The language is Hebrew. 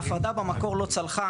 ההפרדה במקור לא צלחה,